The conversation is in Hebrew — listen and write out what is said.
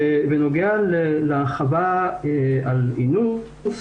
בנוגע להרחבה על אינוס,